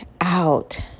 out